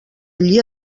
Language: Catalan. allí